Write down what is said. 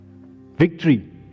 Victory